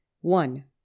One